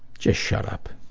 just shut up.